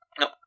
No